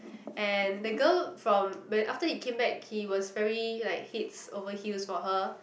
and the girl from when after he came back he was very like heads over heels for her